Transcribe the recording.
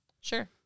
Sure